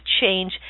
change